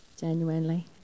genuinely